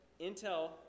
Intel